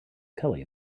kelly